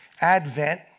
Advent